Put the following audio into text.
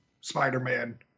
Spider-Man